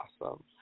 awesome